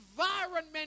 environment